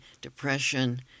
depression